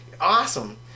awesome